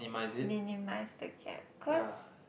minimize the gap cause